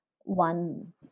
one